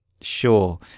Sure